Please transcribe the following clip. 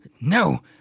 No